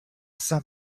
saint